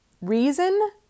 reason